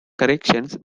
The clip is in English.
corrections